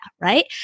right